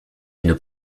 une